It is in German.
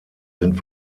sind